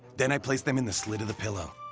then i place them in the slit of the pillow.